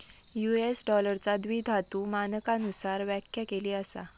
US डॉलरचा द्विधातु मानकांनुसार व्याख्या केली असा